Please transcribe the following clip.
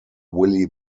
willie